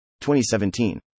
2017